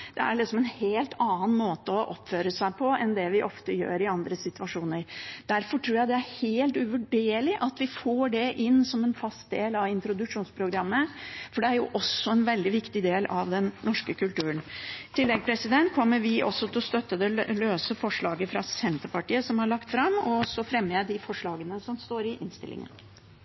er blide. Det er en helt annen måte å oppføre seg på enn det vi ofte gjør i andre situasjoner. Derfor tror jeg det er helt uvurderlig at vi får det inn som en fast del av introduksjonsprogrammet. Det er jo også en veldig viktig del av den norske kulturen. I tillegg kommer vi til å støtte det løse forslaget fra Senterpartiet som er lagt fram, og så fremmer jeg de forslagene som står i innstillingen.